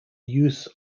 use